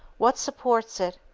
what supports it?